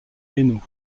hainaut